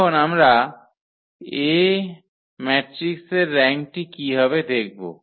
এখন আমরা ম্যাট্রিক্সের র্যাঙ্কটি কি হবে দেখব